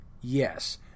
yes